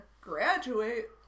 graduate